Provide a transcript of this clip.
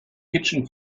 kitchen